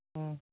ம்